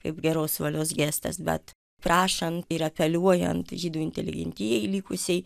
kaip geros valios gestas bet prašant ir apeliuojant žydų inteligentijai likusiai